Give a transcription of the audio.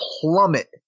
plummet